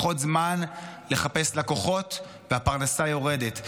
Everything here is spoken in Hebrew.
פחות זמן לחפש לקוחות, והפרנסה יורדת.